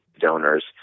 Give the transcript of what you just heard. donors